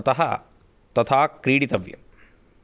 अतः तथा क्रीडितव्यम्